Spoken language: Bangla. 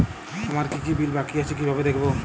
আমার কি কি বিল বাকী আছে কিভাবে দেখবো?